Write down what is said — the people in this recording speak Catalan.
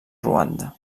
ruanda